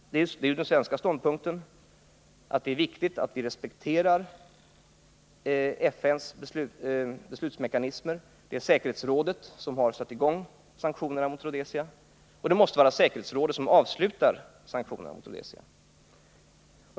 Den svenska ståndpunkten är att det är viktigt att man respekterar FN:s beslutsmekanismer. Det är säkerhetsrådet som har satt i gång sanktionerna mot Rhodesia, och det måste vara säkerhetsrådet som avslutar sanktionerna mot Rhodesia.